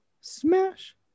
Smash